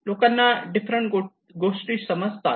लोकांना डिफरंट गोष्टी समजतात